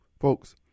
Folks